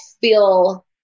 feel